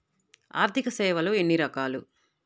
ఆర్థిక సేవలు ఎన్ని రకాలు?